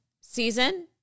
season